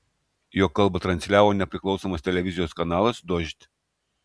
jo kalbą transliavo nepriklausomas televizijos kanalas dožd